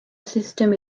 system